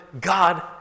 God